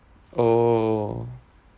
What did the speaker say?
oh